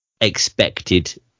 expected